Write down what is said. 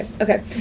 okay